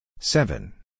Seven